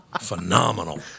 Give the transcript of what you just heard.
phenomenal